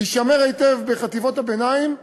יישמר היטב בחטיבות הביניים,